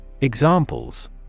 Examples